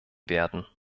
werden